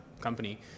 company